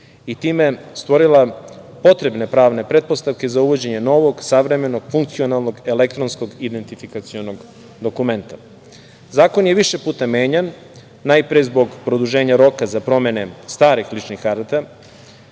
i time stvorila potrebne pravne pretpostavke za uvođenje novog, savremenog, funkcionalnog elektronskog identifikacionog dokumenta. Zakon je više puta menjan, najpre zbog produženja roka za promene starih ličnih karata.